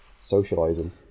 socializing